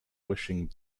wishing